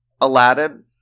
Aladdin